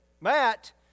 Matt